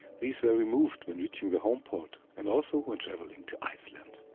these were removed when reaching the homeport and also when travelling to iceland.